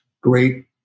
great